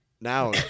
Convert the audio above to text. Now